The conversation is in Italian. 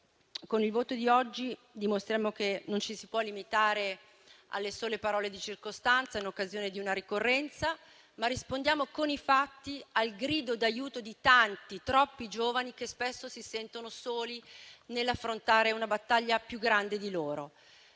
Con il voto di oggi dimostriamo che non ci si può limitare alle sole parole di circostanza in occasione di una ricorrenza, ma rispondiamo con i fatti al grido d'aiuto di tanti, troppi giovani, che spesso si sentono soli nell'affrontare una battaglia più grande di loro.